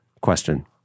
question